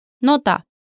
nota